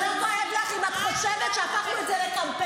זה לא כואב לך אם את חושבת שהפכנו את זה לקמפיין.